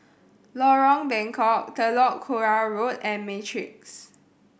Lorong Bengkok Telok Kurau Road and Matrix